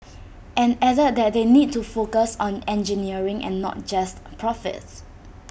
and added that they need to focus on engineering and not just profits